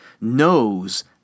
knows